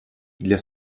для